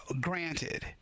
granted